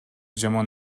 жаман